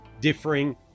differing